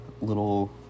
little